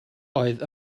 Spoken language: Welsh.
oedd